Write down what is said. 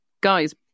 guys